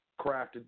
crafted